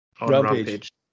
Rampage